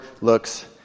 looks